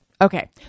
Okay